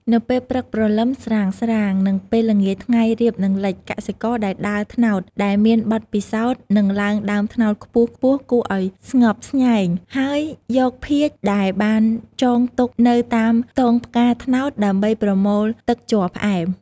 នៅពេលព្រឹកព្រលឹមស្រាងៗ និងពេលល្ងាចថ្ងៃរៀបនឹងលេច កសិករអ្នកដើរត្នោតដែលមានបទពិសោធន៍នឹងឡើងដើមត្នោតខ្ពស់ៗគួរឲ្យស្ញប់ស្ញែង ហើយយកភាជន៍ដែលបានចងទុកនៅតាមទងផ្កាត្នោតដើម្បីប្រមូលទឹកជ័រផ្អែម។